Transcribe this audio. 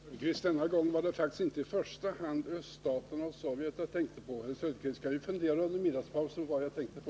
Herr talman! Denna gång var det faktiskt inte öststaterna och Sovjet som jag i första hand tänkte på. Herr Söderqvist kan ju under middagspausen fundera på vilka det var som jag tänkte på.